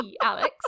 Alex